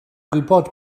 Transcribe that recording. gwybod